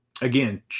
again